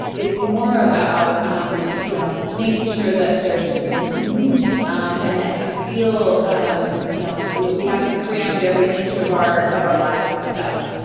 it's more about, um you know making sure that there's freedom to move, um and that you feel, um you know we haven't crammed every inch of our of our lives with stuff.